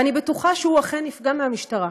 ואני בטוחה שהוא אכן נפגע מהמשטרה.